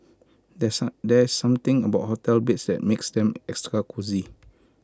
there's some there's something about hotel beds that makes them extra cosy